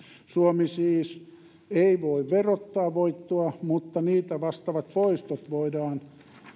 suomi ei siis voi verottaa voittoa mutta niitä vastaavat poistot voidaan